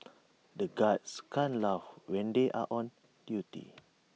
the guards can't laugh when they are on duty